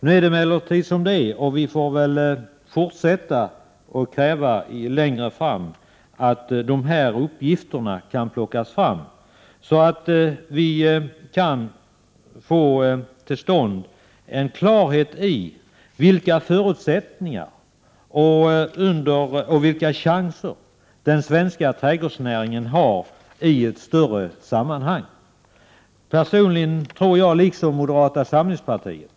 Nu är det emellertid som det är, och vi får väl fortsätta och längre fram kräva att de här uppgifterna plockas fram, så att vi kan få klarhet i vilka förutsättningar och chanser den svenska trädgårdsnäringen har i ett större sammanhang. Personligen tror jag liksom moderata samlingspartiet att Prot.